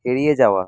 এড়িয়ে যাওয়া